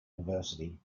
university